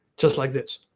just like this.